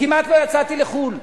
כמעט לא יצאתי לחו"ל.